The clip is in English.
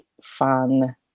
fun